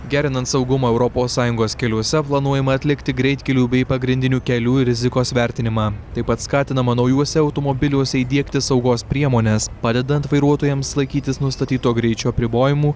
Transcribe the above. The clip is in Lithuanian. gerinant saugumą europos sąjungos keliuose planuojama atlikti greitkelių bei pagrindinių kelių rizikos vertinimą taip pat skatinama naujuose automobiliuose įdiegti saugos priemones padedant vairuotojams laikytis nustatyto greičio apribojimų